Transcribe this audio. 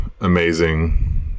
amazing